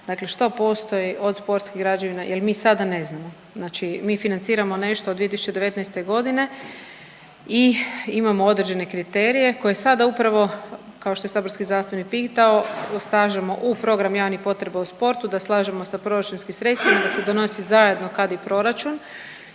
dakle što postoji od sportskih građevina jer mi sada ne znamo. Znači mi financiramo nešto od 2019. godine i imamo određene kriterije koje sada upravo kao što saborski zastupnik pitao slažemo u program javnih potreba u sportu da slažemo sa proračunskim sredstvima da se donosi zajedno kad i proračun